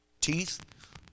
teeth